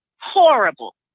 horrible